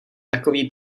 takový